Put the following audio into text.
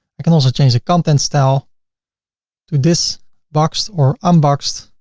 i can also change the content style to this boxed or unboxed.